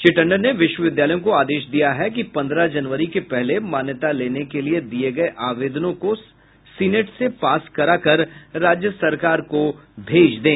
श्री टंडन ने विश्वविद्यालयों को आदेश दिया है कि पंद्रह जनवरी के पहले मान्यता लेने के लिये दिये गये आवेदनों को सिनेट से पास कराकर राज्य सरकार को भेज दें